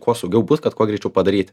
kuo saugiau bus kad kuo greičiau padaryti